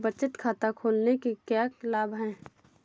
बचत खाता खोलने के क्या लाभ हैं?